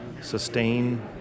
sustain